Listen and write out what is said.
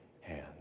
hands